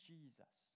Jesus